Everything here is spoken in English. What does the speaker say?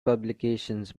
publications